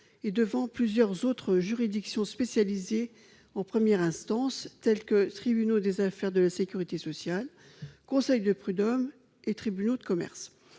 devant plusieurs autres juridictions spécialisées de première instance, comme les tribunaux des affaires de la sécurité sociale, les conseils de prud'hommes et les tribunaux de commerce.